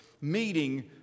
meeting